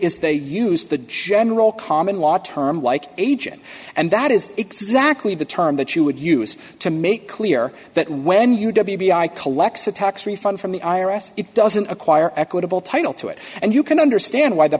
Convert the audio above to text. is they use the general common law term like agent and that is exactly the term that you would use to make clear that when you w b i collects the tax refund from the i r s it doesn't acquire equitable title to it and you can understand why the